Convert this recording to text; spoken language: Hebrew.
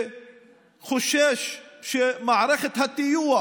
חושש שמערכת הטיוח